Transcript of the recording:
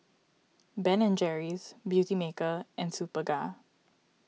Ben and Jerry's Beautymaker and Superga